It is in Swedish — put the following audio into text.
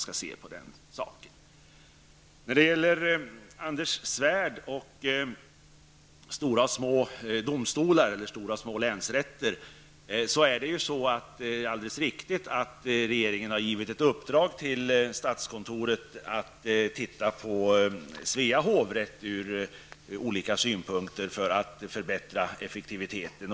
Anders Svärd tog upp frågan om stora eller små länsrätter. Det är alldeles riktigt att regeringen har gett statskontoret i uppdrag att se över Svea hovrätt ur olika synpunkter för att man skall kunna förbättra effektiviteten.